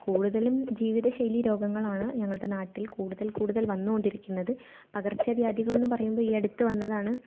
കുടുതലും ജീവിതശൈലി രോഗങ്ങളാണ് ഞങ്ങളുടെ നാട്ടിൽ കൂടുതൽ കൂടുതൽ വന്നുകൊണ്ടിരിക്കുന്നത് പകർച്ചവ്യാധികളെന്നു പറയുമ്പോൾ ഈ അടുത്തു വന്നതാണ്